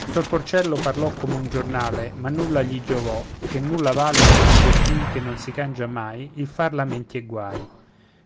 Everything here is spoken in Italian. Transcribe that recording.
sor porcello parlò come un giornale ma nulla gli giovò ché nulla vale contro il destin che non si cangia mai il far lamenti e guai